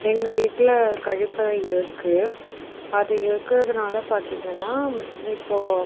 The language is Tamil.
எங்கள் வீட்டில் கழிப்பறை இருக்குது அது இருக்கிறதுனால பார்த்திங்கனா இப்போது